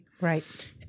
Right